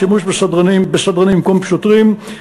שימוש בסדרנים במקום בשוטרים,